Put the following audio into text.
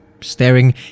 staring